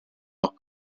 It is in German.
noch